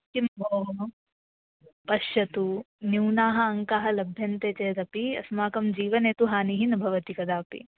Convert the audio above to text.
किं भोः पश्यतु न्यूनाः अङ्काः लभ्यन्ते चेदपि अस्माकं जीवने तु हानिः न भवति कदापि